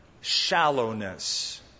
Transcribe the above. shallowness